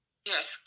Yes